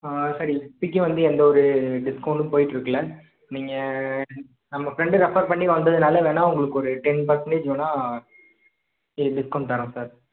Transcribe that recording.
ஆ சரிங்க சார் இப்போதிக்கி வந்து எந்த ஒரு டிஸ்கௌண்ட்டும் போயிட்டு இருக்குல நீங்கள் நம்ம ஃப்ரெண்டு ரெஃபர் பண்ணி வந்ததுனால வேணா உங்களுக்கு ஒரு டென் பர்சண்டேஜ் வேணால் இது டிஸ்கௌண்ட் தரோம் சார்